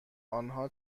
آنها